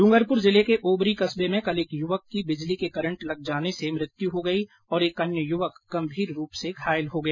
डूंगरपुर जिले के ओबरी कस्बे में कल एक युवक की बिजली के करंट लग जाने से मृत्यु हो गई और एक अन्य युवक गंभीर रूप से झुलस गया